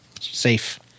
Safe